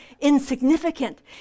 insignificant